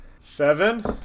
Seven